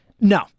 No